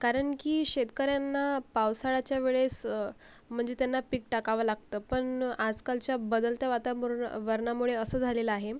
कारण की शेतकऱ्यांना पावसाळ्याच्या वेळेस म्हणजे त्यांना पीक टाकावं लागतं पण आजकालच्या बदलत्या वाताबर् वरणामुळे असं झालेलं आहे